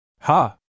Ha